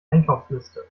einkaufsliste